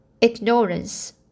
ignorance